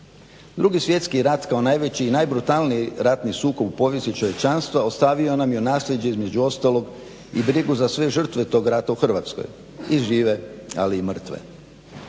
2.svjetski rat kao najveći i najbrutalniji ratni sukob u povijesti čovječanstva ostavio nam je u nasljeđe između ostalog i brigu za sve žrtve tog rada u Hrvatskoj i žive ali i mrtve.